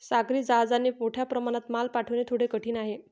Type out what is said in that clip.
सागरी जहाजाने मोठ्या प्रमाणात माल पाठवणे थोडे कठीण आहे